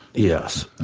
yes,